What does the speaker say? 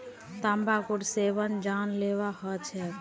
तंबाकूर सेवन जानलेवा ह छेक